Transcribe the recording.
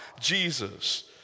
Jesus